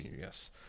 yes